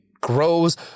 grows